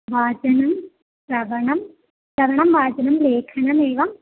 वाचनं श्रवणं श्रवणं वाचनं लेखनमेव